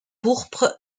pourpres